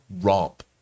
romp